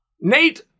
Nate